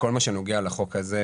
בכל מה שנוגע לחוק הזה,